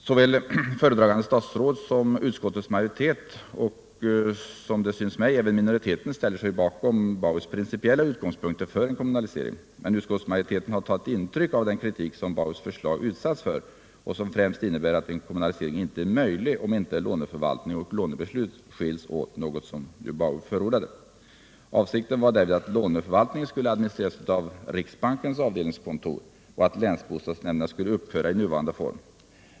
Såväl föredragande statsråd och utskottets majoritet som — synes det mig —- minoriteten ställer sig bakom BAU:s principiella utgångspunkter för en kommunalisering. Men utskottsmajoriteten har'tagit intryck av den kritik som BAU:s förslag utsatts för och som främst innebär att en kommunalisering inte är möjlig om inte låneförvaltning och lånebeslut skiljs åt, något som ju BAU förordade. Avsikten var därvid att låneförvaltningen skulle administreras av riksbankens avdelningskontor och att länsbostadsnämnderna skulle upphöra i nuvarande form.